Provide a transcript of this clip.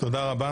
תודה רבה.